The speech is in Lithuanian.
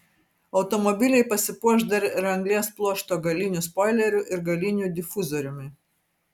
automobiliai pasipuoš dar ir anglies pluošto galiniu spoileriu ir galiniu difuzoriumi